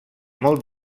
molt